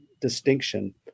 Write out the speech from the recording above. distinction